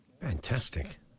Fantastic